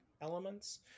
elements